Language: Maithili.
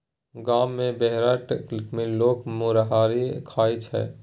गाम मे बेरहट मे लोक मुरहीये खाइ छै